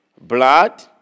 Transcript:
blood